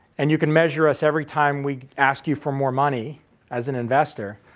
and you can measure us every time we ask you for more money as an investor.